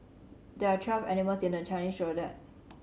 there are twelve animals in the Chinese Zodiac